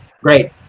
Great